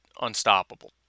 unstoppable